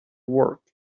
work